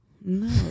No